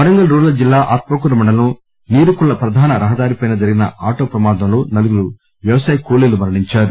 Warangal rural జిల్లా ఆత్మకూరు మండలం నీరుకుల్లా ప్రధాన రహదారిపై జరిగిన ఆటో ప్రమాదంలో నలుగురు వ్యవసాయ కూలీలు మరణించారు